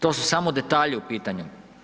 Do su samo detalji u pitanju.